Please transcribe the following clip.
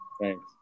Thanks